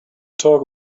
talk